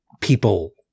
people